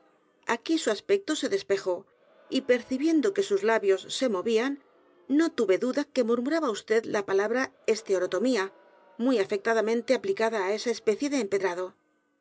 aquí su aspecto se despejó y percibiendo que sus labios s e movían no tuve duda que m u r m u r a b a vd la palabra esleorolomía muy afectadamente aplicada á esa especie de empedrado